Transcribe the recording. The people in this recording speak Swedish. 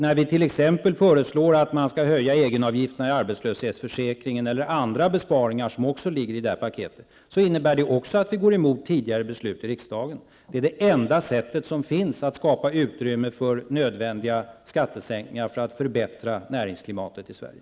När vi t.ex. föreslår en höjning av egenavgifterna i arbetslöshetsförsäkringen eller andra besparingar, som också ligger i paketet, innebär också det att vi går emot tidigare beslut i riksdagen. Det är det enda sättet som finns att skapa utrymme för nödvändiga skattesänkningar i syfte att förbättra näringsklimatet i Sverige.